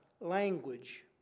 language